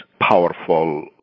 powerful